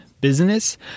business